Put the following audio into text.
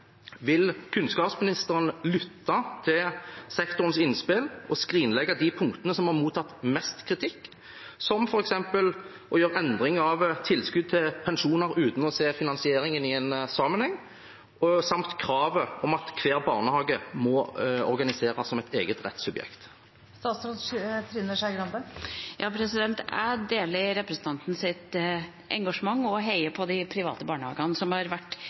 Vil kunnskapsministeren lytte til sektorens innspill og skrinlegge de punktene som har mottatt mest kritikk, som f.eks. å gjøre endring av tilskudd til pensjoner uten å se finansieringen i en sammenheng, samt kravet om at hver barnehage må organiseres som et eget rettssubjekt? Jeg deler representantens engasjement og heier på de private barnehagene, som har vært